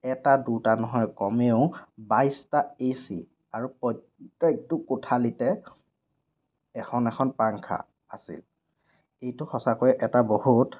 এটা দুটা নহয় কমওে বাইছটা এ চি আৰু প্ৰত্যেকটো কোঠালিতে এখন এখন পাংখা আছিল এইটো সঁচাকৈয়ে এটা বহুত